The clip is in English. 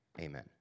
Amen